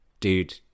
dude